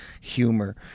humor